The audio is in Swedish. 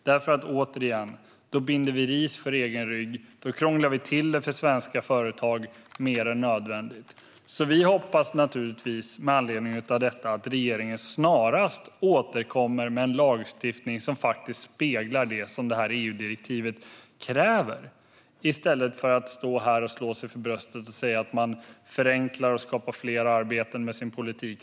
Om vi gör det binder vi ris åt egen rygg och krånglar till det för svenska företag mer än nödvändigt. Med anledning av detta hoppas vi naturligtvis att regeringen snarast återkommer med en lagstiftning som faktiskt speglar det som EU-direktivet kräver i stället för att stå här och slå sig för bröstet och säga att man förenklar och skapar fler arbetstillfällen med sin politik.